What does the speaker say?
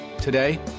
Today